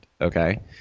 Okay